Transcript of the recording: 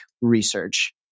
research